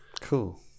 Cool